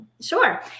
Sure